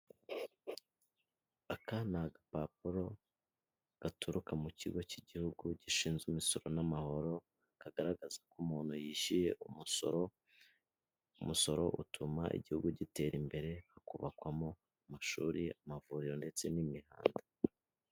Aka ni agapapuro, gaturuka mu kigo cy'igihugu gishinzwe imisoro n'amahoro, kagaragaza ko umuntu yishyuye umusoro. Umusoro utuma igihugu gitera imbere, hakubakwamo amashuri, amavuriro, ndetse n'imihanda.